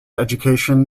education